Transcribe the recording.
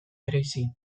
bereizi